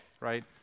right